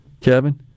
Kevin